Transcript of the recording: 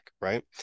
right